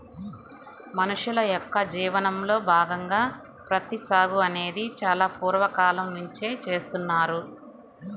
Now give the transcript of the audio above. మనుషుల యొక్క జీవనంలో భాగంగా ప్రత్తి సాగు అనేది చాలా పూర్వ కాలం నుంచే చేస్తున్నారు